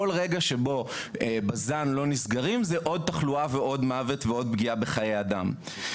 כל רגע שבו בז"ן לא נסגרים זה עד תחלואה ועוד מוות ועוד פגיעה בחיי אדם.